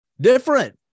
Different